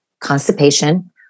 constipation